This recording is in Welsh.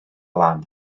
lan